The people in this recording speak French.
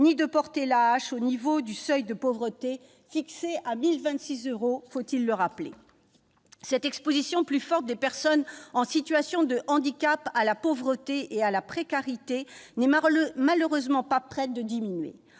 ni de porter l'AAH au niveau du seuil de pauvreté, fixé à 1 026 euros- faut-il le rappeler ? Cette exposition plus forte des personnes en situation de handicap à la pauvreté et à la précarité n'est malheureusement pas près de diminuer.